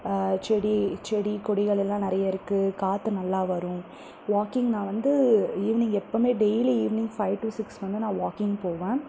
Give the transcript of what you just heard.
செடி கொடிகளெல்லாம் நிறைய இருக்குது காத்து நல்லா வரும் வாக்கிங் நான் வந்து ஈவினிங் எப்போமே daily evening five to six வந்து நான் வாக்கிங் போவேன்